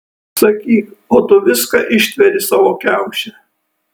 sakyk o tu viską ištveri savo kiauše